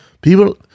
People